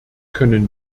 können